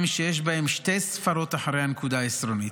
שיש בהם שתי ספרות אחרי הנקודה העשרונית,